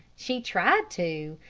she tried to,